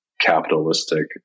capitalistic